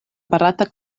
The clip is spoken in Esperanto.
barata